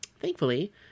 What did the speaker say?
Thankfully